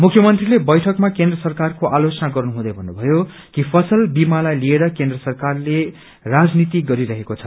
मुख्यमन्त्रीले बैठकमा केन्द्र सरकारको आलोचना गर्नु हुँदै भन्नुभयो कि फसल बिमालाई लिएर केन्द्र सरकारले राजनीति गरिहेको छ